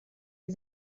die